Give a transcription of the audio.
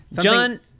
John